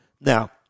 Now